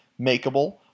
Makeable